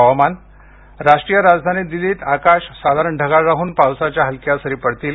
हवामान राष्ट्रीय राजधानी दिल्लीत आकाश साधारण ढगाळ राहून पावसाच्या हलक्या सरी पडतील